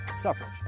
suffrage